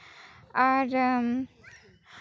ᱟᱨ